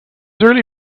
early